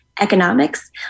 economics